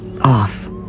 off